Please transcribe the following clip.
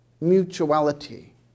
mutuality